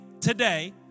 today